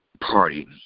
Party